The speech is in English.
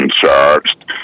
charged